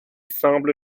semble